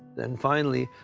then finally,